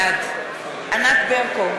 בעד ענת ברקו,